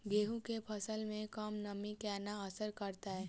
गेंहूँ केँ फसल मे कम नमी केना असर करतै?